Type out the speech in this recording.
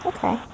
Okay